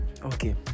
Okay